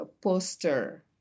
poster